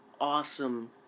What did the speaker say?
awesome